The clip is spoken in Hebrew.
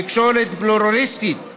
תקשורת פלורליסטית ומגוונת.